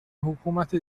حکومت